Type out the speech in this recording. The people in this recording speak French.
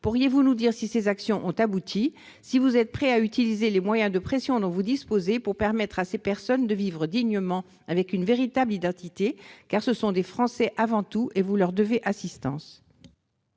Pourriez-vous nous dire si ces actions ont abouti ? Si tel n'est pas le cas, êtes-vous prêt à utiliser les moyens de pression dont vous disposez pour permettre à ces personnes de vivre dignement, avec une véritable identité ? Ce sont des Français avant tout, et vous leur devez assistance.